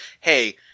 hey